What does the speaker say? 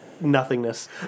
Nothingness